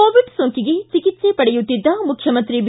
Covid ಸೋಂಕಿಗೆ ಚಿಕಿತ್ಸೆ ಪಡೆಯುತ್ತಿದ್ದ ಮುಖ್ಯಮಂತ್ರಿ ಬಿ